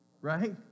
Right